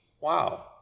Wow